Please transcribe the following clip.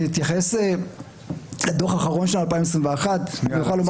אני אתייחס לדוח האחרון של 2021. אני יכול לומר